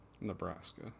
Nebraska